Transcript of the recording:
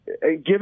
given